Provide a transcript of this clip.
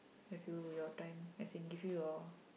have you your time as in give you your